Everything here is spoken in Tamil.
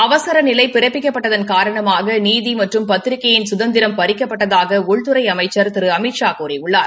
அவசர நிலை பிறப்பிக்கப்பட்டதன் காரணமாக நீதி மற்றும் பத்திரிகையின் சுதந்திரம் பறிக்கப்பட்டதாக உள்துறை அமைச்சர் திரு அமித்ஷா கூறியுள்ளர்